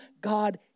God